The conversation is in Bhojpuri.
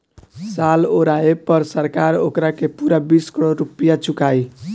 साल ओराये पर सरकार ओकारा के पूरा बीस करोड़ रुपइया चुकाई